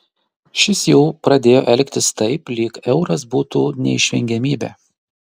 šis jau pradėjo elgtis taip lyg euras būtų neišvengiamybė